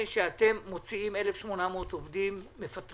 שאתם מפטרים 1,800 עובדים.